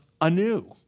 anew